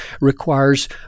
requires